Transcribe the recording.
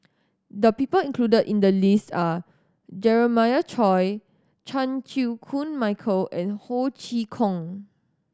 the people included in the list are Jeremiah Choy Chan Chew Koon Michael and Ho Chee Kong